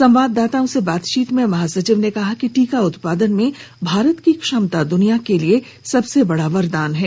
संवाददाताओं से बातचीत में महासचिव ने कहा कि टीका उत्पादन में भारत की क्षमता दुनिया के लिए सबसे बड़ा वरदान है